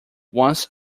once